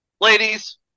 Ladies